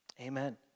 Amen